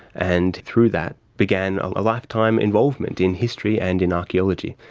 and through that began a lifetime involvement in history and in archaeology.